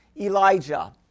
Elijah